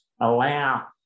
Allow